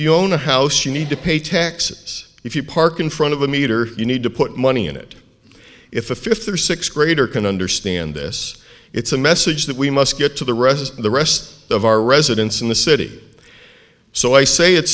you own a house you need to pay taxes if you park in front of a meter you need to put money in it if a fifth or sixth grader can understand this it's a message that we must get to the rest the rest of our residents in the city so i say it